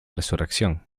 resurrección